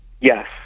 Yes